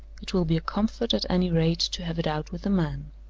it will be a comfort, at any rate, to have it out with a man.